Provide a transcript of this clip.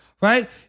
Right